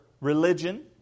religion